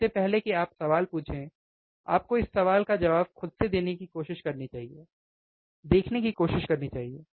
इससे पहले कि आप सवाल पूछें आपको इस सवाल का जवाब खुद से देने की कोशिश करनी चाहिए देखने की कोशिश करनी चाहिए है ना